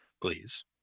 please